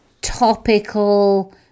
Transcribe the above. topical